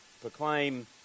Proclaim